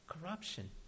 corruption